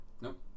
Nope